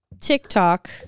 TikTok